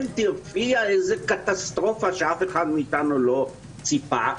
תופיע איזו קטסטרופה שאף אחד מאיתנו לא ציפה לה,